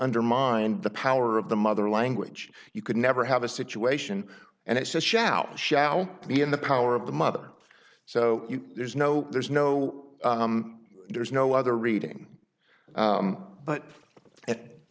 undermine the power of the mother language you could never have a situation and it's a shout shout beyond the power of the mother so there's no there's no there's no other reading but i